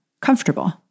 comfortable